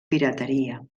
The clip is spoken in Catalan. pirateria